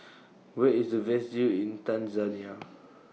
Where IS The Best View in Tanzania